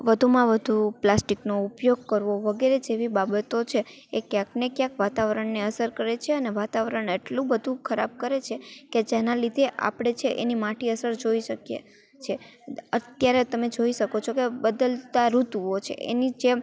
વધુંમાં વધું પ્લાસ્ટિકનો ઉપયોગ કરવો વગેરે જેવી બાબતો છે એ ક્યાંક ને ક્યાંક વાતાવરણને અસર કરે છે અને વાતાવરણ એટલું બધું ખરાબ કરે છે કે જેનાં લીધે આપણે છે એની માઠી અસર જોઈ શકીએ છે અત્યારે તમે જોઈ શકો છો કે બદલતાં ઋતુઓ છે એની જેમ